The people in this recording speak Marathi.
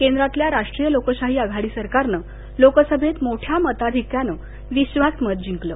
केंद्रातल्या राष्ट्रीय लोकशाही आघाडी सरकारनं लोकसभेत मोठ्या मताधिक्यानं विश्वासमत जिंकलं